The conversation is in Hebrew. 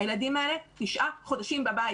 הילדים האלה תשעה חודשים בבית.